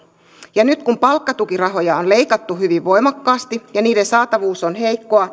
ja nyt kun palkkatukirahoja on leikattu hyvin voimakkaasti ja niiden saatavuus on heikkoa